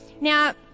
Now